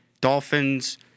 Dolphins